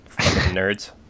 nerds